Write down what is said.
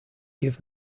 give